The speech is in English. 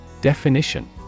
Definition